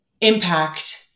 impact